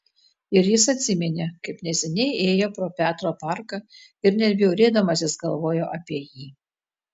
ir jis atsiminė kaip neseniai ėjo pro petro parką ir net bjaurėdamasis galvojo apie jį